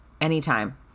Anytime